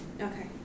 Okay